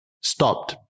stopped